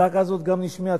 הזעקה הזאת נשמעה.